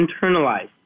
internalized